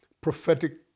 prophetic